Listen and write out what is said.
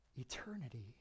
Eternity